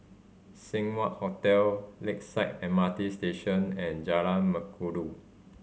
Seng Wah Hotel Lakeside M R T Station and Jalan Mengkudu